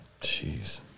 Jeez